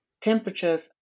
temperatures